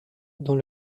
dans